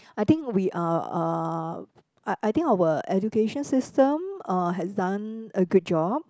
I think we are uh I I think our education system uh has done a good job